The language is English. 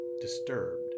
disturbed